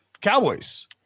Cowboys